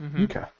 Okay